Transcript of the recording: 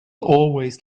always